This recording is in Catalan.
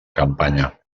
campanya